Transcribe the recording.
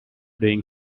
doing